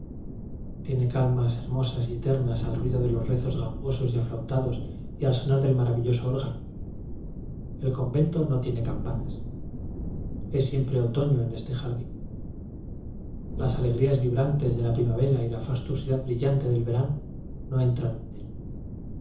tiene calmas hermosas y eternas al ruido de los rezos gangosos y aflautados y al so nar del maravilloso órgano el convento no tiene campanas es siempre otoño en este jardín las alegrías vibrantes de la primavera y la fastuosidad brillante del verano no entran en él